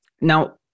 now